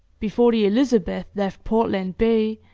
before the elizabeth left portland bay,